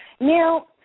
Now